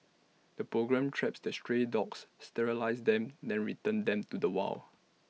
the programme traps the stray dogs sterilises them then returns them to the wild